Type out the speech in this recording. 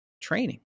training